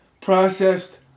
processed